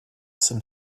some